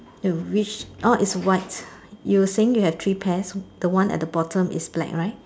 oh which orh is white you saying they have three pairs the one at the bottom is black right